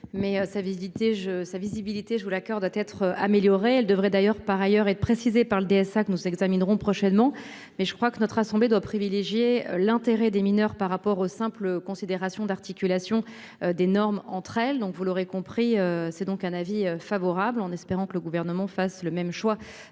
je sa visibilité joue l'accord doit être améliorée, elle devrait d'ailleurs par ailleurs de préciser par le DSA, que nous examinerons prochainement mais je crois que notre assemblée doit privilégier l'intérêt des mineurs par rapport aux simples considérations d'articulation des normes entre elles, donc vous l'aurez compris. C'est donc un avis favorable en espérant que le gouvernement fasse le même choix